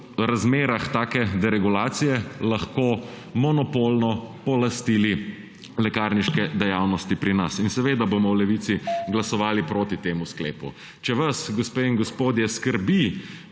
razmerah take deregulacije lahko monopolno polastili lekarniške dejavnosti pri nas. In seveda bomo v Levici glasovali proti temu sklepu. Če vas, gospe in gospodje, skrbi,